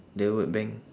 the word bank